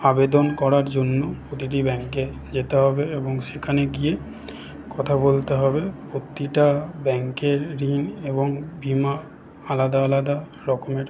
আবেদন করার জন্য প্রতিটি ব্যাঙ্কে যেতে হবে এবং সেখানে গিয়ে কথা বলতে হবে প্রতিটা ব্যাঙ্কের ঋণ এবং বীমা আলাদা আলাদা রকমের হয়